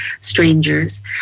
strangers